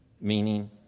meaning